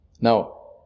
Now